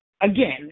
Again